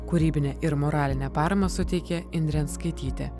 kūrybinę ir moralinę paramą suteikė indrė anskaitytė